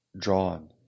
drawn